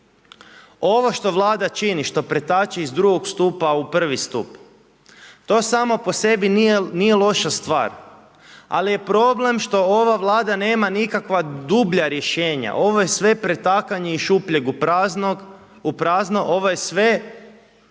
Ovo što Vlada čini, što pretače iz II. stupa u I. stup to samo po sebi nije loša stvar, ali je problem što ova Vlada nema nikakva dublja rješenja. Ovo je sve pretakanje iz šupljeg u prazno, ovo je sve,